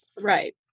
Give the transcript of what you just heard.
Right